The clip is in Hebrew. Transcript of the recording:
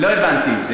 לא הבנתי את זה.